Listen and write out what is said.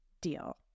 deal